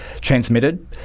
transmitted